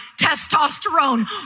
testosterone